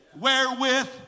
Wherewith